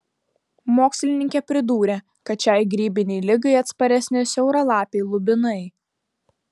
mokslininkė pridūrė kad šiai grybinei ligai atsparesni siauralapiai lubinai